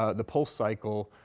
ah the pulse cycle,